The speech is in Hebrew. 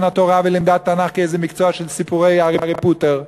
התורה ולימד תנ"ך כאיזה מקצוע של סיפורי הארי פוטר,